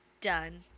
Done